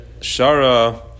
Shara